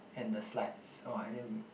and the slides oh I didn't